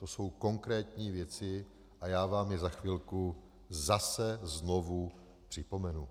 To jsou konkrétní věci a já vám je za chvilku zase znovu připomenu.